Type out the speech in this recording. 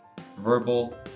Verbal